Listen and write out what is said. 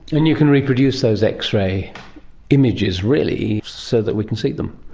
and you can reproduce those x-ray images really so that we can see them.